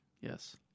Yes